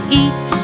eat